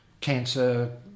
cancer